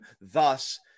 Thus